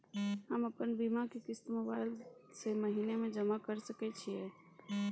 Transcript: हम अपन बीमा के किस्त मोबाईल से महीने में जमा कर सके छिए?